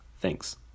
Thanks